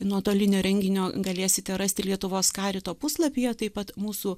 nuotolinio renginio galėsite rasti lietuvos karito puslapyje taip pat mūsų